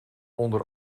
onder